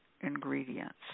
ingredients